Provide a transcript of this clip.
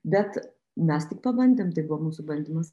bet mes tik pabandėm tai buvo mūsų bandymas